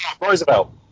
Roosevelt